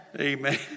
Amen